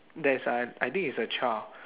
there's a I think is a child